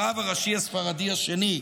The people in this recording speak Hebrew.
הרב הראשי הספרדי השני,